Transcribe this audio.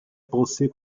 pensée